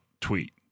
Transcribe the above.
tweet